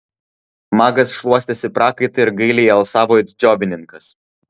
magas šluostėsi prakaitą ir gailiai alsavo it džiovininkas